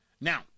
Now